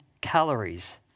calories